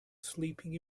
sleeping